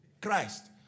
Christ